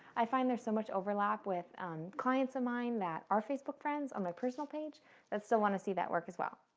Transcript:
i find there's so much overlap with clients of mine that are facebook friends on my personal page that still want to see that work as well.